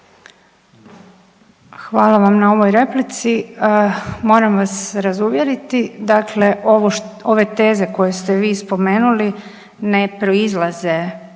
Hvala vam na ovoj replici. Moram vas razuvjeriti, dakle ove teze koje ste vi spomenuli ne proizlaze